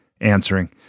answering